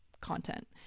content